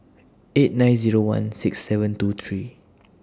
eight nine Zero one six seven two three